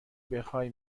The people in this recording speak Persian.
بخای